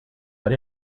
but